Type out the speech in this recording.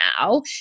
Now